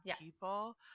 people